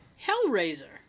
Hellraiser